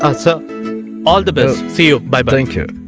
ah itself all the best see you bye but